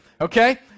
Okay